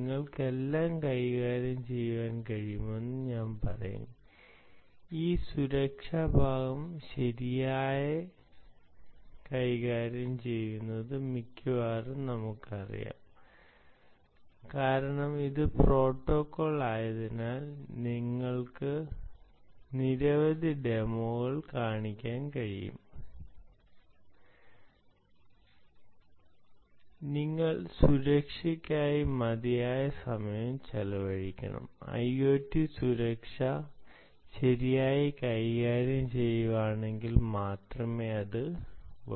നിങ്ങൾക്ക് എല്ലാം കൈകാര്യം ചെയ്യാൻ കഴിയുമെന്ന് ഞാൻ പറയും ഈ സുരക്ഷാ ഭാഗം ശരിയായി കൈകാര്യം ചെയ്യുന്നത് മിക്കവാറും അറിയാം കാരണം ഇത് പ്രോട്ടോക്കോൾ ആയതിനാൽ എനിക്ക് നിങ്ങൾക്ക് നിരവധി ഡെമോ കാണിക്കാൻ കഴിയും നിങ്ങൾ സുരക്ഷയ്ക്കായി മതിയായ സമയം ചെലവഴിക്കണം IoT സുരക്ഷ ശരിയായി കൈകാര്യം ചെയ്യുകയാണെങ്കിൽ മാത്രമേ അത്